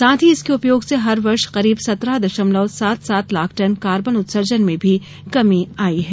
साथ ही इसके उपयोग से हरवर्ष करीब सत्रह दशमलव सात सात लाख टन कार्बन उत्सर्जन में भी कमी आई है